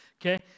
okay